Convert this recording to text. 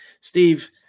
Steve